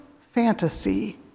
fantasy